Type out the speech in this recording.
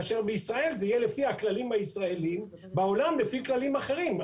כאשר בישראל זה יהיה לפי הכללים הישראלים ובעולם לפי כללים אחרים.